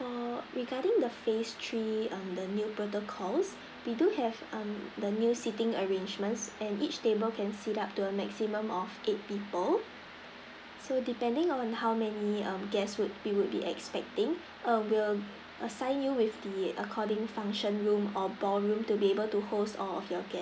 regarding the phase three mm the new protocol we do have um the new sitting arrangements and each table can sit up to a maximum of eight people so depending on how many um guess would we would be expecting err we'll assign you with the according function room or ballroom to be able to host all of your